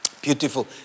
Beautiful